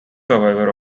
survivor